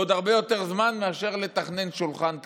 עוד הרבה יותר זמן מאשר לתכנן שולחן כזה.